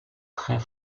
très